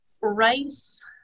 rice